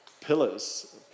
pillars